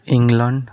England